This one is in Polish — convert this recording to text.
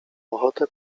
ochotę